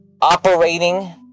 operating